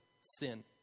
sin